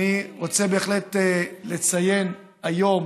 אדוני השר, אני רוצה בהחלט לציין היום,